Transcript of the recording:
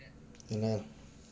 penat